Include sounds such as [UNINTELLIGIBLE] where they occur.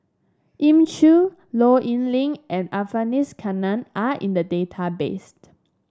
Elim Chew Low Yen Ling and [UNINTELLIGIBLE] are in the database [UNINTELLIGIBLE]